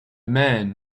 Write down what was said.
man